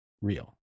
real